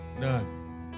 None